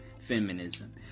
feminism